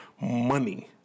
money